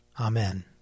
Amen